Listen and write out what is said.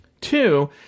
two